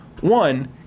One